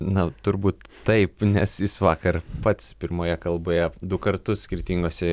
na turbūt taip nes jis vakar pats pirmoje kalboje du kartus skirtingose